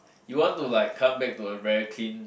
you want to like come back to a very clean